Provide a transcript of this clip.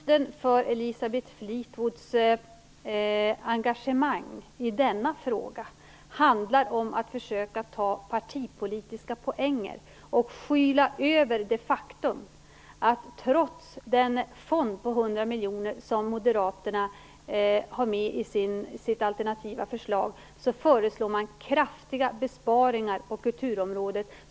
Herr talman! Grunden för Elisabeth Fleetwoods engagemang i denna fråga är att hon försöker ta partipolitiska poänger och skyla över det faktum att Moderaterna trots den fond på hundra miljoner som man har med i sitt alternativa förslag föreslår kraftiga besparingar på kulturområdet.